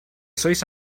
sois